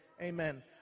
Amen